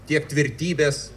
tiek tvirtybės